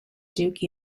duke